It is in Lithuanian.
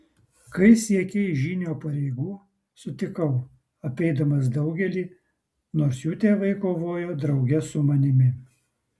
kai siekei žynio pareigų sutikau apeidamas daugelį nors jų tėvai kovojo drauge su manimi